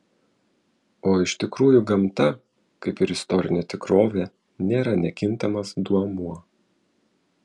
o iš tikrųjų gamta kaip ir istorinė tikrovė nėra nekintamas duomuo